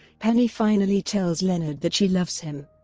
penny finally tells leonard that she loves him.